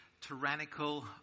tyrannical